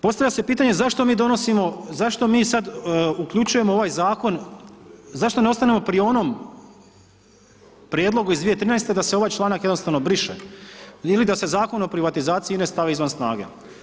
Postavlja se pitanje zašto mi donosimo, zašto mi sad uključujemo u ovaj zakon, zašto ne ostanemo pri onom prijedlogu iz 2013. da se ovaj članak jednostavno briše, ili da se Zakon o privatizaciji INE stavi izvan snage.